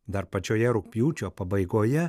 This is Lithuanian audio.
dar pačioje rugpjūčio pabaigoje